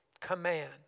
command